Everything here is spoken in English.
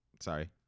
sorry